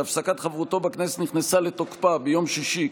שהפסקת חברותו בכנסת נכנסה לתוקפה ביום שישי,